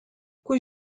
kui